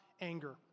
anger